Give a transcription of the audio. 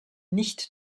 nicht